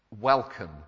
welcome